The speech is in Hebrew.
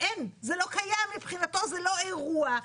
מבחינתו זה לא אירוע,